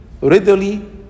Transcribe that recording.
readily